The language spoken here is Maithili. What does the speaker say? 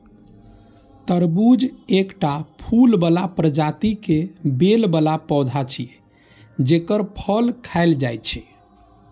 तरबूज एकटा फूल बला प्रजाति के बेल बला पौधा छियै, जेकर फल खायल जाइ छै